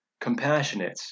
compassionate